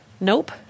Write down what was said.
Nope